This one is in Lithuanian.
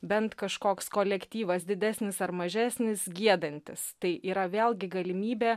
bent kažkoks kolektyvas didesnis ar mažesnis giedantis tai yra vėlgi galimybė